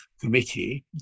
committee